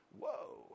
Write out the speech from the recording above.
Whoa